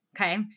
okay